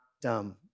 dumb